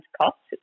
cost